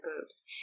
boobs